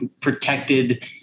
protected